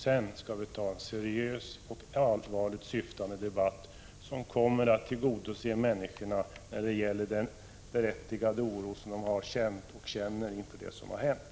Sedan skall vi föra en seriös och allvarligt syftande debatt, som kommer att tillgodose människornas krav när det gäller information. Det är en berättigad oro de känt och känner inför det som har hänt.